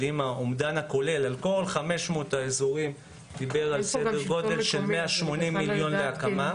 האומדן הכולל על כל 500 האזורים הוא כ-180 מיליון להקמה.